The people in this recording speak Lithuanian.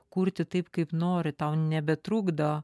kurti taip kaip nori tau nebetrukdo